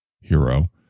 hero